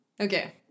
Okay